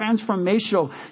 transformational